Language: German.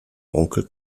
onkel